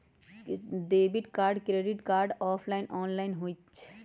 Debit card credit card offline online होई?